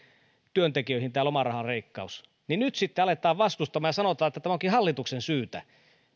työntekijöihin tämä lomarahaleikkaus niin nyt sitten aletaan vastustaa ja sanotaan että tämä onkin hallituksen syytä